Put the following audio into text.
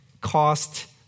cost